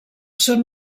són